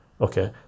Okay